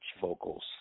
vocals